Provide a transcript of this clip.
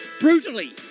brutally